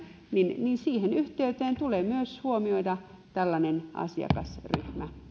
niin niin siihen yhteyteen tulee myös huomioida tällainen asiakasryhmä